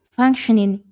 functioning